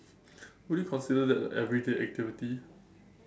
will you consider that a everyday activity